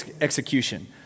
execution